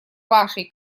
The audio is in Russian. вашей